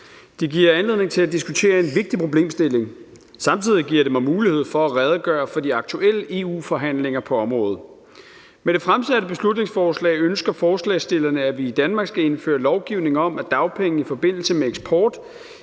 Det giver anledning til at diskutere en vigtig problemstilling, og samtidig giver det mig mulighed for at redegøre for de aktuelle EU-forhandlinger på området. Med det fremsatte beslutningsforslag ønsker forslagsstillerne, at vi i Danmark skal indføre lovgivning om, at dagpenge i forbindelse med eksport